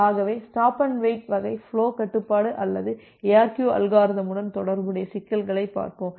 ஆகவே stop and wait வகை flow கட்டுப்பாடு அல்லது எஆர்கியு அல்காரிதமுடன் தொடர்புடைய சிக்கல்களைப் பார்ப்போம்